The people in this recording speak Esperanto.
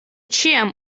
ĉiam